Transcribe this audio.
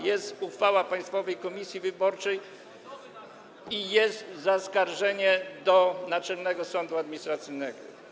Jest uchwała Państwowej Komisji Wyborczej i jest zaskarżenie do Naczelnego Sądu Administracyjnego.